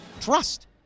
trust